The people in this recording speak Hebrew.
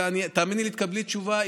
תאמיני לי, תקבלי תשובה.